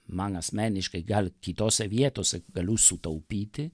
man asmeniškai gal kitose vietose galiu sutaupyti